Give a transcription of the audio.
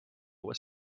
was